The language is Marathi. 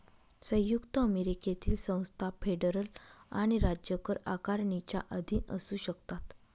संयुक्त अमेरिकेतील संस्था फेडरल आणि राज्य कर आकारणीच्या अधीन असू शकतात